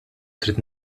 trid